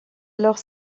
alors